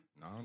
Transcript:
no